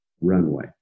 runway